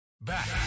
Back